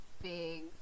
big